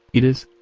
it is?